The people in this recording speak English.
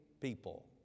people